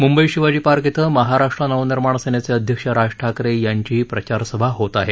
मूंबईत शिवाजी पार्क इथं महाराष्ट्र नवनिर्माण सेनेचे अध्यक्ष राज ठाकरे यांचीही प्रचारसभा होत आहे